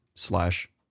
slash